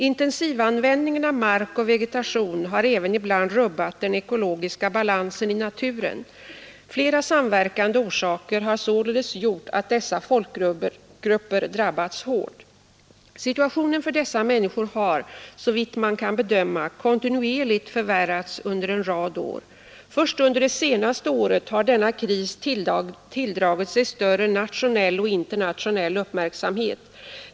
Intensivanvändningen av mark och vegetation har även ibland rubbat den ekologiska balansen i naturen. Flera samverkande orsaker har således gjort att dessa folkgrupper drabbats hårt. Situationen för dessa människor har, såvitt man kan bedöma, kontinuerligt förvärrats under en rad år. Först under det senaste året har denna kris tilldragit sig större nationell och internationell uppmärksamhet.